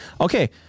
okay